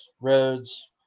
roads